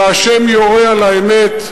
והשם יורה על האמת,